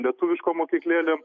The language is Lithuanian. lietuviškom mokyklėlėm